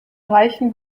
reichen